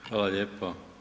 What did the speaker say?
Hvala lijepo.